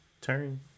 turn